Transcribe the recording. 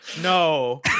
No